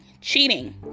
cheating